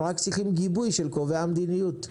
הם רק צריכים גיבוי של קובעי המדיניות.